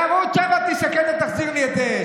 בערוץ 7. תסתכל ותחזיר לי את זה,